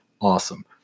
awesome